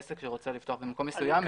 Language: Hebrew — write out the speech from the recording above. עסק שרוצה לפתוח במקום מסוים,